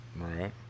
Right